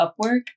upwork